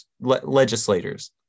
legislators